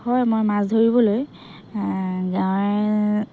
হয় মই মাছ ধৰিবলৈ গাঁৱৰে